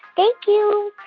thank you.